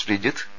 Sreejith P